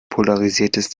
polarisiertes